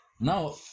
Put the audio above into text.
now